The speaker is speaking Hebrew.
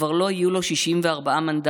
כבר לא יהיו לו 64 מנדטים